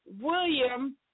William